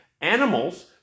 animals